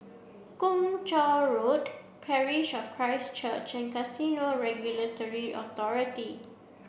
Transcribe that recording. Kung Chong Road Parish of Christ Church and Casino Regulatory Authority